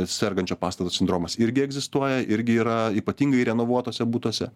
sergančio pastato sindromas irgi egzistuoja irgi yra ypatingai renovuotuose butuose